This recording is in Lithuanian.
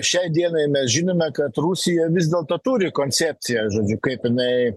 šiai dienai mes žinome kad rusija vis dėlto turi koncepciją žodžiu kaip jinai